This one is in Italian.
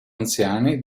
anziani